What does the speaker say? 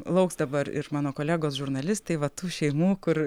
lauks dabar ir mano kolegos žurnalistai va tų šeimų kur